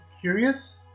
curious